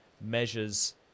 measures